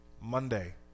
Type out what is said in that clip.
Monday